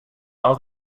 all